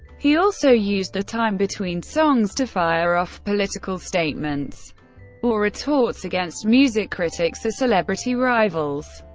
he also used the time between songs to fire off political statements or retorts against music critics or celebrity rivals.